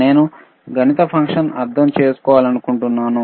నేను గణిత ఫంక్షన్ అర్థం చేసుకోవాలనుకుంటున్నాను